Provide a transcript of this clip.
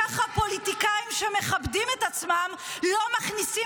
כך פוליטיקאים שמכבדים את עצמם לא מכניסים